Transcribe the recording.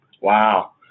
wow